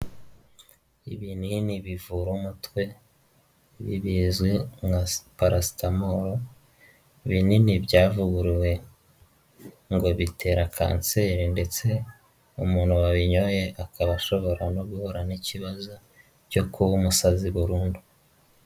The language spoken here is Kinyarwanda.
Ibinini bivura umutwe, ibi bizwi nka parastamoro, binini byavuguruwe ngo bitera kanseri ndetse umuntu wabinyoye akaba ashobora no guhura n'ikibazo cyo kuba umusazi burundu.